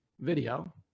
video